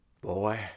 boy